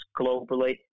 globally